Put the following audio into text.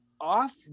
off